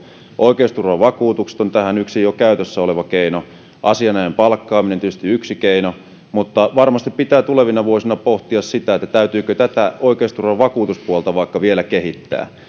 oikeusturvavakuutukset ovat tähän yksi jo käytössä oleva keino asianajajan palkkaaminen tietysti yksi keino mutta varmasti pitää tulevina vuosina pohtia täytyykö vaikka tätä oikeusturvan vakuutuspuolta vielä kehittää